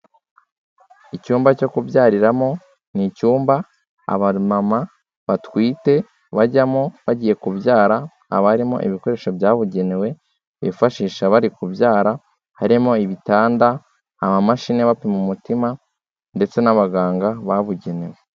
Icyumba cyo kubyariramo, ni icyumba abamama batwite bajyamo bagiye kubyara, haba harimo ibikoresho byabugenewe bifashisha bari kubyara, harimo ibitanda, amamashini abapima umutima ndetse n'abaganga babugenewe.